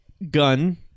gun